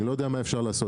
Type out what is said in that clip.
אני לא יודע מה אפשר לעשות.